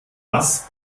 was